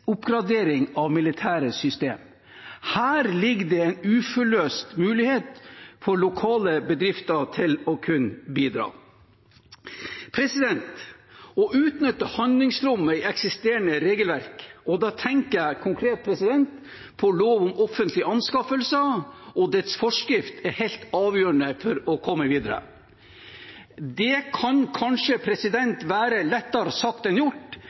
av militære system. Her ligger det en uforløst mulighet for lokale bedrifter til å kunne bidra. Å utnytte handlingsrommet i eksisterende regelverk – og da tenker jeg konkret på lov om offentlige anskaffelser og dets forskrift – er helt avgjørende for å komme videre. Det kan kanskje være lettere sagt enn gjort,